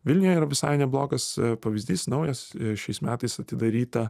vilniuje yra visai neblogas pavyzdys naujas šiais metais atidaryta